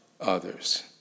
others